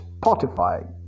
Spotify